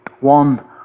One